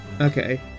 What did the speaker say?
Okay